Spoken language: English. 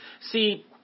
See